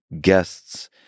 guests